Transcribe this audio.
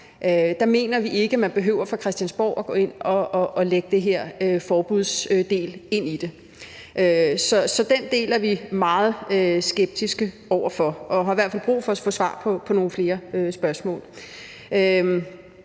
Der mener vi ikke, at man fra Christiansborgs side behøver at gå ind og lægge den her forbudsdel ind i det. Så den del er vi meget skeptiske over for, og vi har i hvert fald brug for at få svar på nogle flere spørgsmål.